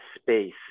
space